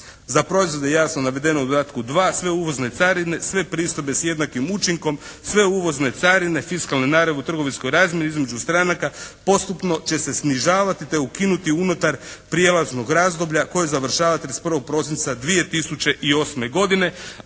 Za proizvode jasno navedene u dodatku 2. sve uvozne carine, sve pristojbe s jednakim učinkom, sve uvozne carine, fiskalne naravi u trgovinskoj razmjeni između stranaka postupno će se snižavati te ukinuti unutar prijelaznog razdoblja koje završava 31. prosinca 2008. godine